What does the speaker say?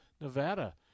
Nevada